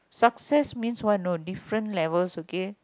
success means what know different levels okay